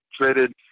traded